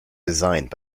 designed